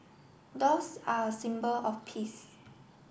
doves are a symbol of peace